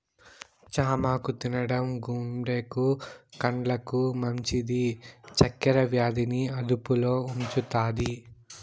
చామాకు తినడం గుండెకు, కండ్లకు మంచిది, చక్కర వ్యాధి ని అదుపులో ఉంచుతాది